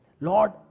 Lord